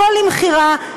הכול למכירה,